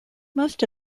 most